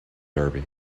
derby